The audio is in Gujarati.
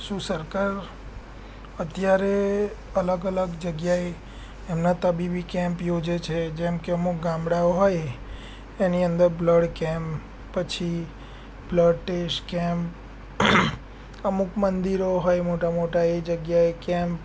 શું સરકાર અત્યારે અલગ અલગ જગ્યાએ એમના તબીબી કેમ્પ યોજે છે જેમ કે અમુક ગામડાઓ હોય એની અંદર બ્લડ કેમ્પ પછી બ્લડ ટેસ્ટ કેમ્પ અમુક મંદિરો હોય મોટા મોટા એ જગ્યાએ કેમ્પ